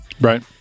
Right